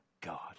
God